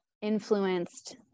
influenced